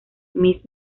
miss